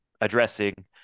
addressing